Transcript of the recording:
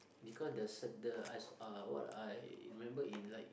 because the s~ the uh what I remember in like